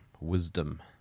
wisdom